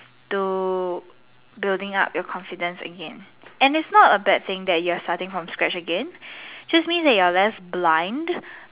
to building up your confidence again and it's not a bad thing that you are starting from scratch again just mean that you are less blind